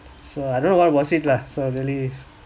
so I don't know what was it lah so really